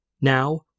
Now